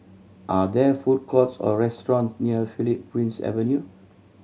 are there food courts or restaurant near Philip Prince Avenue